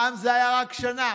פעם זה היה רק שנה,